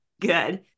Good